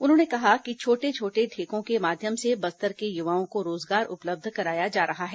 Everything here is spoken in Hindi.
उन्होंने कहा कि छोटे छोटे ठेकों के माध्यम से बस्तर के युवाओं को रोजगार उपलब्ध कराया जा रहा है